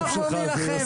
אנחנו נילחם.